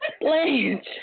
Blanche